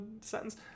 sentence